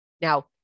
Now